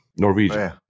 Norwegian